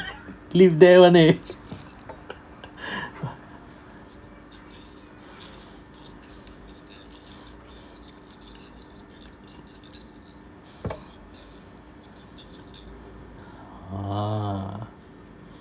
live there [one] eh a'ah